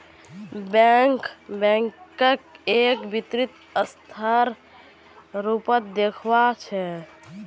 banker बैंकक एक वित्तीय संस्थार रूपत देखअ छ